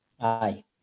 Aye